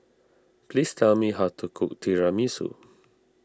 please tell me how to cook Tiramisu